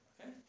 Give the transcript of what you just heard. Okay